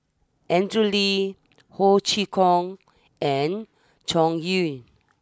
Andrew Lee Ho Chee Kong and Zhu Yu